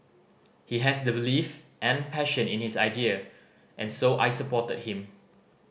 he has the belief and passion in his idea and so I supported him